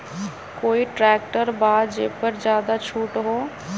कोइ ट्रैक्टर बा जे पर ज्यादा छूट हो?